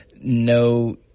no